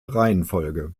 reihenfolge